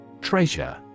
Treasure